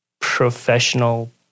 professional